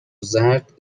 زرد